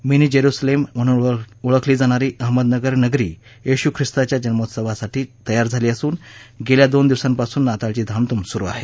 mini Jerusalem म्हणून ओळखली जाणारी अहमदनगर नगरी येशू खिस्ताच्या जन्मोत्सवासाठी तयार झाली असून गेल्या दोन दिवसांपासून नाताळची धामधूम सुरू आहे